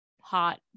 hot